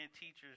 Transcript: teachers